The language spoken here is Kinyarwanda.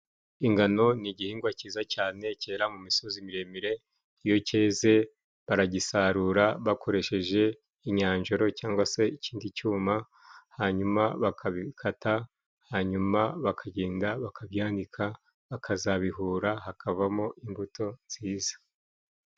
Ingano ni igihingwa cyiza cyane cyera mu misozi miremire. Iyo cyeze baragisarura bakoresheje inyanjoro cyangwa se ikindi cyuma, hanyuma bakabikata, hanyuma bakagenda bakabyanika, bakazabihura, hakavamo imbuto nziza.